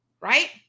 right